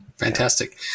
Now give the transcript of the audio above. Fantastic